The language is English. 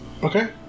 Okay